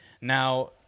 Now